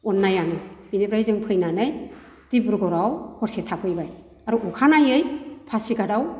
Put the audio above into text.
अननायानो बिनिफ्राय जों फैनानै डिब्रुगड़आव हरसे थाफैबाय आरो अखानायै पासिघातआव